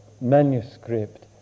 manuscript